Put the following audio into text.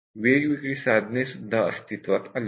वेगवेगळी टूल्स सुद्धा अस्तित्वात आली आहेत